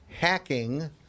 hacking